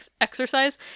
exercise